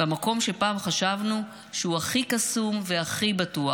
במקום שפעם חשבנו שהוא הכי קסום והכי בטוח.